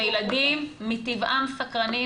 וילדים מטבעם סקרנים,